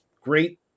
great